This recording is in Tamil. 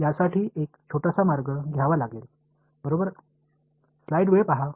மீண்டும் இது உங்களில் பலருக்கு தெரிந்த ஒன்று இதை நாம் வடிவமைப்போம்